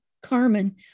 Carmen